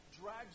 drags